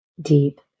deep